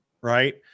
right